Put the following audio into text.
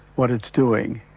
what it's doing.